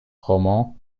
roman